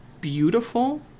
beautiful